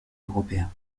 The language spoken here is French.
européen